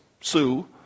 Sue